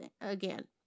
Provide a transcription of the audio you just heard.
again